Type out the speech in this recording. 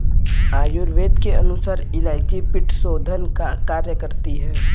आयुर्वेद के अनुसार इलायची पित्तशोधन का कार्य करती है